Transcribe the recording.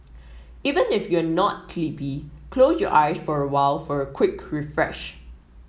even if you are not close your eyes for a while for a quick refresh